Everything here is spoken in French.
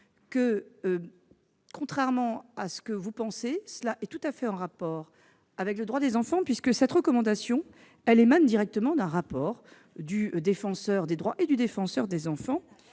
! Contrairement à ce que vous pensez, c'est pleinement en rapport avec le droit des enfants, cette recommandation émanant directement d'un rapport du Défenseur des droits et du Défenseur des enfants